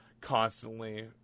constantly